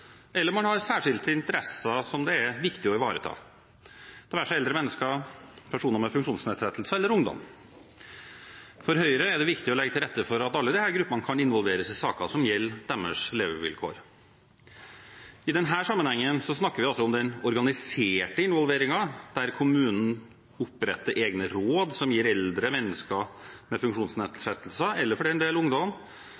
eller man har særskilte interesser som det er viktig å ivareta, det være seg eldre mennesker, personer med funksjonsnedsettelser eller ungdom. For Høyre er det viktig å legge til rette for at alle disse gruppene kan involveres i saker som gjelder deres levevilkår. I denne sammenhengen snakker vi om den organiserte involveringen, der kommunen oppretter egne råd som gir eldre mennesker med